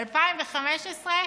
ב-2015,